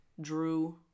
drew